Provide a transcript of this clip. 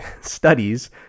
studies